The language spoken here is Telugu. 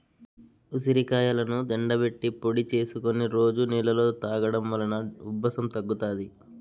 ఉసిరికాయలను ఎండబెట్టి పొడి చేసుకొని రోజు నీళ్ళలో తాగడం వలన ఉబ్బసం తగ్గుతాది